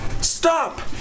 Stop